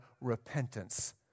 repentance